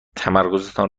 تمرکزتان